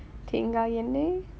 தேங்காய் எண்ணெய்:thengai ennai